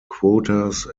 quotas